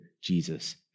Jesus